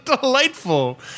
delightful